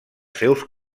seus